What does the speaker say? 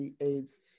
AIDS